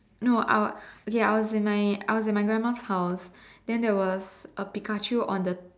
no I'll okay I was in my grandma's house then there was a Pikachu on the